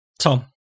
Tom